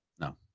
No